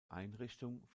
einrichtung